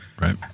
Right